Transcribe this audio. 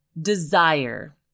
desire